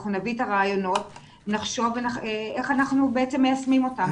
אנחנו נביא את הרעיונות ונחשוב איך אנחנו בעצם מיישמים אותם.